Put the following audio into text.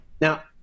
now